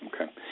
Okay